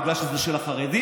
בגלל שזה של החרדים?